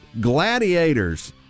Gladiators